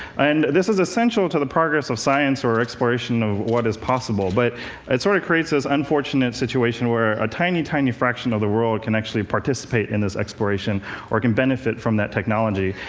and this is essential to the progress of science, or exploration of what is possible. but it sort of creates this unfortunate situation where a tiny, tiny fraction of the world can actually participate in this exploration or can benefit from that technology.